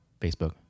facebook